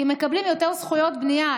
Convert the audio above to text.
כי מקבלים יותר זכויות בנייה,